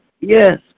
yes